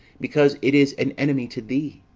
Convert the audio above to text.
because it is an enemy to thee.